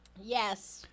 Yes